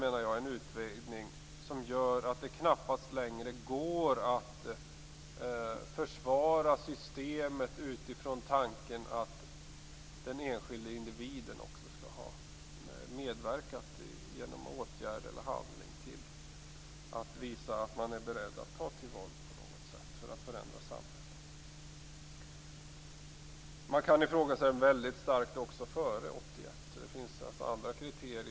Denna utvidgning, menar jag, gör att det knappast längre går att försvara systemet utifrån tanken att den enskilde individen genom åtgärd eller handling skall ha visat sig beredd att ta till våld på något sätt för att förändra samhället. Man kan väldigt starkt ifrågasätta saker även före 1981.